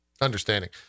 understanding